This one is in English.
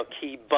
key